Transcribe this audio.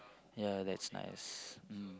ya that's nice mm